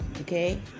okay